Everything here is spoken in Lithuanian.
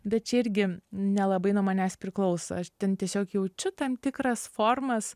bet čia irgi nelabai nuo manęs priklauso aš ten tiesiog jaučiu tam tikras formas